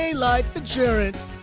life insurance.